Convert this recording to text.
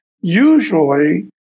usually